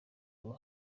ubu